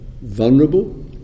vulnerable